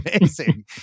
amazing